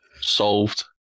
Solved